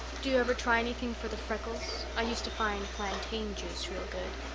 do you ever try anything for the freckles? i used to find plantain juice real good.